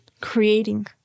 creating